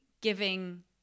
giving